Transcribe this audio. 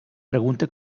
pregunta